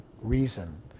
reason